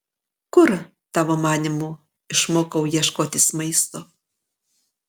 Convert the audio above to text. kur tavo manymu išmokau ieškotis maisto